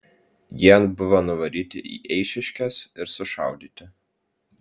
jie buvo nuvaryti į eišiškes ir sušaudyti